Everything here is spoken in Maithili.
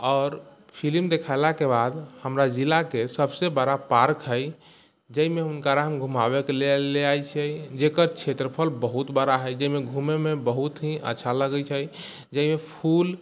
आओर फिलिम देखयला के बाद हमरा जिलाके सभसँ बड़ा पार्क हइ जाहिमे हुनकारा घूमाबै के लेल ले जाइ छियै जकर क्षेत्रफल बहुत बड़ा हइ जाहिमे घूमयमे बहुत ही अच्छा लगैत छै जाहिमे फूल